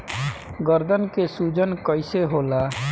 गर्दन के सूजन कईसे होला?